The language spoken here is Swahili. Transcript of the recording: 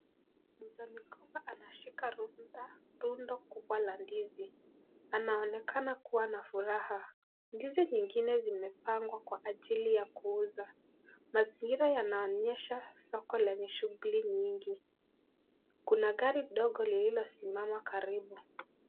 Mzee migomba anashika rundo kubwa la ndizi , anaonekana kuwa na furaha . Ndizi nyingine zimepangwa Kwa ajili ya kuuza . Mazingira yanaonyesha soko lenye shughuli nyingi, kuna gari ndogo lililosimama karibu.